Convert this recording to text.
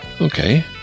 Okay